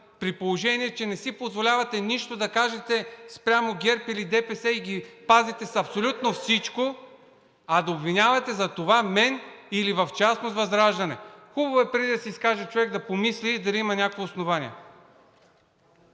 при положение че не си позволявате да кажете нищо спрямо ГЕРБ или ДПС и ги пазите с абсолютно всичко, а да обвинявате за това мен или в частност ВЪЗРАЖДАНЕ. Хубаво е, преди да се изкаже човек, да помисли дали има някакво основание.